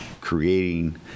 creating